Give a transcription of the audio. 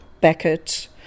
Beckett